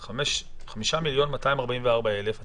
יש לנו ממש חמש דקות, נעשה את זה בקצירת העומר.